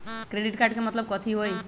Credit card के मतलब कथी होई?